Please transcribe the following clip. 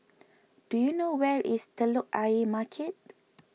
do you know where is Telok Ayer Market